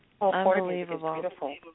Unbelievable